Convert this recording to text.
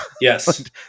Yes